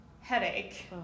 headache